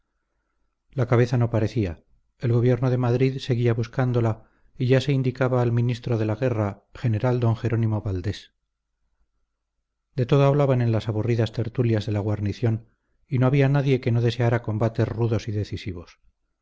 la cabeza no parecía el gobierno de madrid seguía buscándola y ya se indicaba al ministro de la guerra general d jerónimo valdés de todo hablaban en las aburridas tertulias de la guarnición y no había nadie que no deseara combates rudos y decisivos